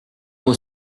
mot